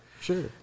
Sure